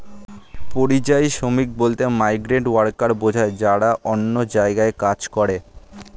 পরিযায়ী শ্রমিক বলতে মাইগ্রেন্ট ওয়ার্কার বোঝায় যারা অন্য জায়গায় কাজ করে